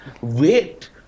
Wait